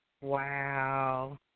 wow